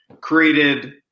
created